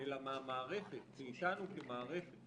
אלא מהמערכת, מאיתנו כמערכת